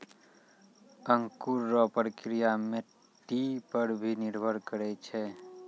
अंकुर रो प्रक्रिया मट्टी पर भी निर्भर करै छै